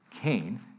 Cain